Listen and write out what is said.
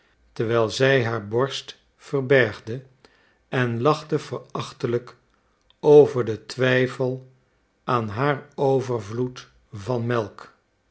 terwijl zij haar borst verbergde en lachte verachtelijk over den twijfel aan haar overvloed van melk